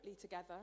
together